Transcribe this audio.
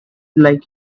like